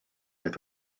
oedd